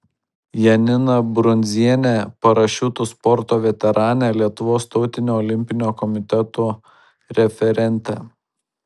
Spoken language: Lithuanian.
janiną brundzienę parašiutų sporto veteranę lietuvos tautinio olimpinio komiteto referentę